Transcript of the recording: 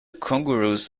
kangaroos